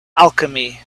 alchemy